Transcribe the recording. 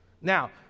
Now